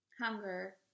hunger